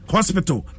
Hospital